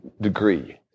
degree